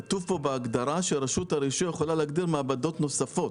כתוב כאן בהגדרה שרשות הרישוי יכולה להגדיר מעבדות נוספות.